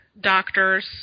doctors